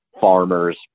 farmers